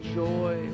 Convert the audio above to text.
joy